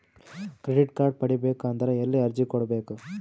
Credit card ಪಡಿಬೇಕು ಅಂದ್ರ ಎಲ್ಲಿ ಅರ್ಜಿ ಕೊಡಬೇಕು?